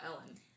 ellen